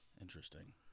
Interesting